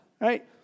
right